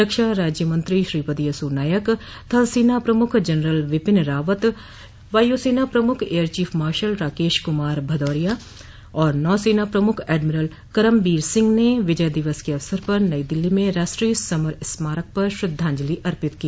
रक्षाराज्य मंत्री श्रीपद यसो नायक थल सेनाप्रमुख जनरल बिपिन रावत वायुसेना प्रमुख air chief marshal Rakesh Kumar Bhadauria और नौसेना प्रमुख एडमिरल करमबीर सिंह ने विजय दिवस के अवसर पर नई दिल्ली में राष्ट्रीय समर स्मारक पर श्रद्धांजलि अर्पित की